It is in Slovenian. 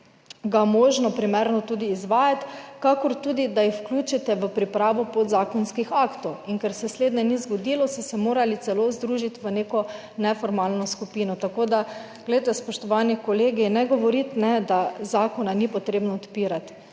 ga možno primerno tudi izvajati, kakor tudi da jih vključite v pripravo podzakonskih aktov. In ker se slednje ni zgodilo, so se morali celo združiti v neko neformalno skupino. Tako da glejte, spoštovani kolegi, ne govoriti, da zakona ni potrebno odpirati,